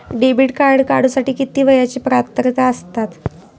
Debit card काढूसाठी किती वयाची पात्रता असतात?